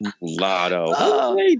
Lotto